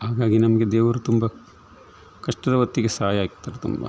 ಹಾಗಾಗಿ ನಮಗೆ ದೇವರು ತುಂಬ ಕಷ್ಟದ ಹೊತ್ತಿಗೆ ಸಹಾಯ ಆಗ್ತಾರೆ ತುಂಬಾ